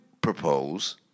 propose